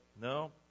no